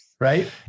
Right